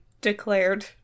declared